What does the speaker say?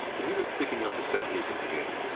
but he was picking up the technique of the game.